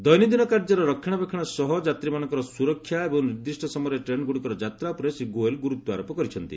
ଦୈନନ୍ଦିନ କାର୍ଯ୍ୟର ରକ୍ଷଣାବେକ୍ଷଣ ସହ ଯାତ୍ରୀମାନଙ୍କର ସୁରକ୍ଷା ଏବଂ ନିର୍ଦ୍ଦିଷ୍ଟ ସମୟରେ ଟ୍ରେନ୍ଗୁଡ଼ିକର ଯାତ୍ରା ଉପରେ ଶ୍ରୀ ଗୋଏଲ୍ ଗୁରୁତ୍ୱାରୋପ କରିଛନ୍ତି